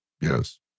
yes